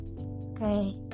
Okay